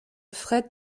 fret